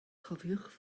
cofiwch